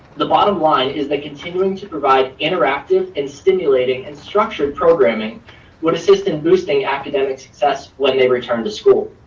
the bottom line is that continuing to provide interactive and stimulating and structured programming would assist in boosting academic success when they returned to school.